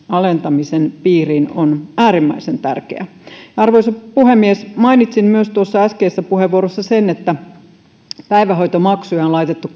alentamisen piiriin on äärimmäisen tärkeää arvoisa puhemies mainitsin tuossa äskeisessä puheenvuorossani myös sen että päivähoitomaksuja on laitettu